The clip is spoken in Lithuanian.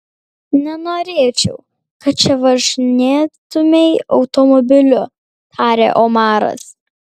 nenorėčiau kad čia važinėtumei automobiliu tarė omaras